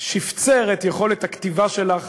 שפצר את יכולת הכתיבה שלך